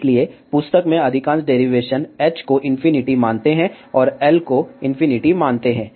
इसलिए पुस्तक में अधिकांश डेरिवेशन h को इंफिनिटी मानते हैं और L को इंफिनिटी मानते हैं